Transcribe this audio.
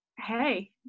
hey